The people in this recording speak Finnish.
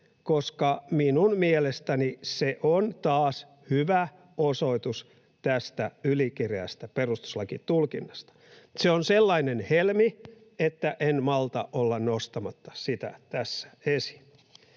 koska minun mielestäni se on taas hyvä osoitus tästä ylikireästä perustuslakitulkinnasta. Se on sellainen helmi, että en malta olla nostamatta sitä tässä esiin.